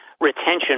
retention